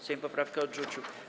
Sejm poprawkę odrzucił.